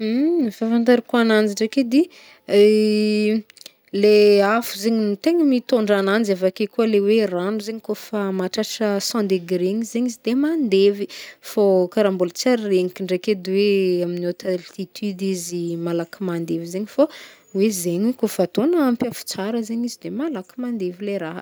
Fafantarako ananjy ndraiky edy, le afo zegny no tegna mitondra agnanjy avake koa le hoe rano zegny kô fa mahatratra cent degre igny zegny izy de mandevy. Fô kara mbôla tsar regniky ndraiky edy oe, amy haute altitude izy malaky mandevy zegny fô, hoe zegny kô fa ataogna ampy afo tsara zegny izy de malaky mandevy le raha.